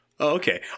Okay